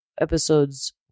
episodes